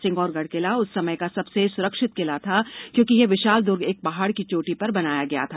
सिंगोरगढ़ किला उस समय का सबसे सुरक्षित किला था क्योंकि यह विशाल दूर्ग एक पहाड़ की चोटी पर बनाया गया था